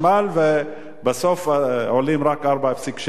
ובסוף הם עולים רק ב-4.7%.